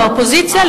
באופוזיציה,